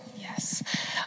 Yes